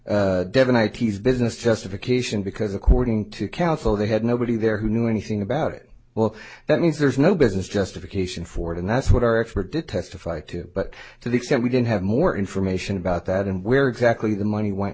ickes business justification because according to counsel they had nobody there who knew anything about it well that means there's no business justification for it and that's what our expert did testify to but to the extent we didn't have more information about that and where exactly the money went